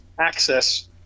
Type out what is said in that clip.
access